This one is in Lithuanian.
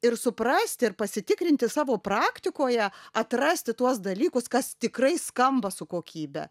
ir suprasti ir pasitikrinti savo praktikoje atrasti tuos dalykus kas tikrai skamba su kokybe